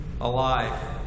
alive